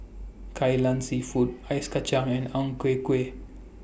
Kai Lan Seafood Ice Kachang and Ang Ku Kueh